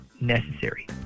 necessary